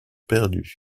perdus